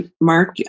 Mark